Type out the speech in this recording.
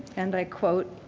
and i quote,